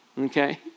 okay